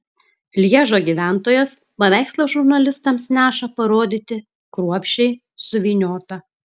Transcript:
lježo gyventojas paveikslą žurnalistams neša parodyti kruopščiai suvyniotą